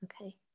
Okay